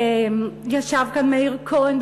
וישב כאן מאיר כהן,